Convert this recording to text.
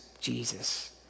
Jesus